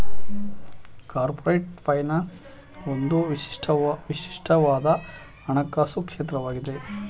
corporate finance ಒಂದು ವಿಶಿಷ್ಟವಾದ ಹಣಕಾಸು ಕ್ಷೇತ್ರವಾಗಿದೆ